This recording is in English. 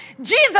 Jesus